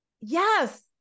yes